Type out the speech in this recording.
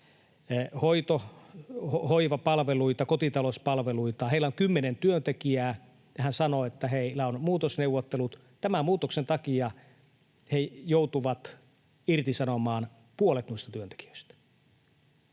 hoito‑ ja hoivapalveluita, kotitalouspalveluita. Heillä on kymmenen työntekijää, ja hän sanoi, että heillä on muutosneuvottelut. Tämän muutoksen takia he joutuvat irtisanomaan puolet noista työntekijöistä.